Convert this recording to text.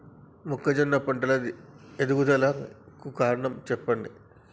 మొక్కజొన్న పంట ఎదుగుదల కు కారణాలు చెప్పండి?